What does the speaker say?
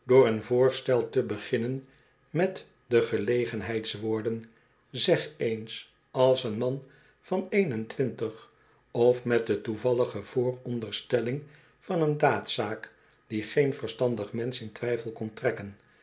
door een voorstel te beginnen met de gelegenheidswoorden zeg eens als een man van een en twintig of met de toevallige vooronderstelling van een daadzaak die geen verstandig mensen in twijfel kon trekken